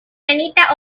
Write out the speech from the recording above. anita